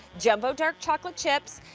jumbo dark chocolate chips,